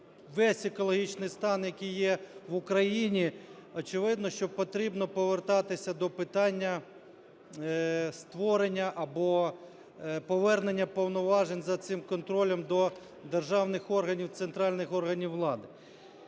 весь екологічний стан, який є в Україні, очевидно, що потрібно повертатися до питання створення або повернення повноважень за цим контролем до державних органів, центральних органів влади.